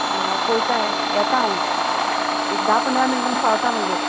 आं पोयता येता हांव एक धा पंदरा मिनटान पावता मागीर